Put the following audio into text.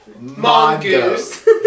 Mongoose